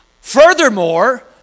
Furthermore